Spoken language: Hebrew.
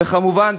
וכמובן,